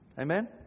Amen